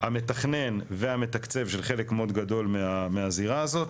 המתכנן והמתקצב של חלק מאוד גדול מהזירה הזאת.